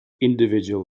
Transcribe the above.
individual